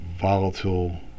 volatile